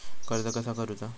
कर्ज कसा करूचा?